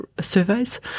surveys